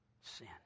sin